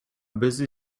busy